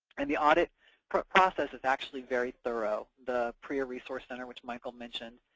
and the audit process is actually very thorough. the prea resource center, which michael mentioned,